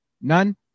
None